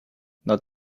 not